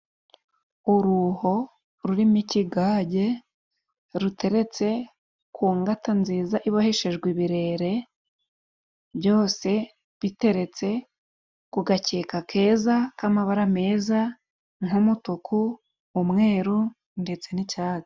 Uruho rurimo ikigage, ruteretse ku ngata nziza iboheshejwe ibirere, byose biteretse ku gakeka keza k'amabara meza nk'umutuku, umweru, ndetse n'icyatsi.